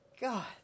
god